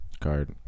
card